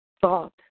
thought